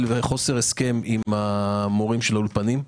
בחוסר הסכם עם המורים של האולפנים.